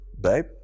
babe